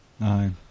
Aye